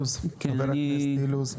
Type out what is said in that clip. חבר הכנסת אילוז?